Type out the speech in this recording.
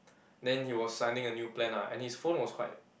then he was signing a new plan ah and his phone was quite